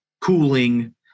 cooling